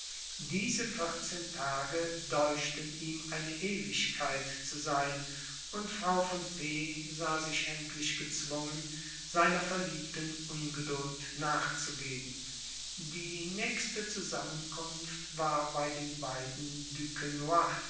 diese vierzehn tage deuchten ihm eine ewigkeit zu sein und frau von p sah sich endlich gezwungen seiner verliebten ungeduld nachzugeben die nächste zusammenkunft war bei den beiden